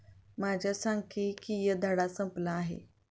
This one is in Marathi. माझा सांख्यिकीय धडा संपला आहे